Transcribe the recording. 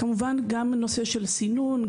כמובן גם נושא של סינון,